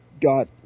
got